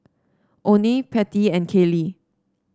Oney Pattie and Kaylee